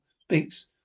speaks